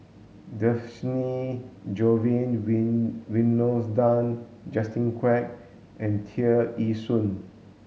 Dhershini Govin Winodan Justin Quek and Tear Ee Soon